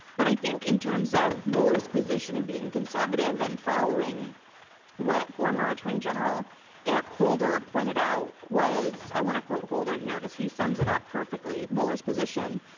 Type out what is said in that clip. but i think in terms of mueller's position and being conservative and following what former attorney general eric holder pointed out was, i want to quote holder here cause he sums it up perfectly, mueller's position.